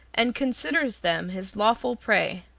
and considers them his lawful prey.